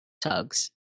tugs